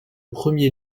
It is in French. premier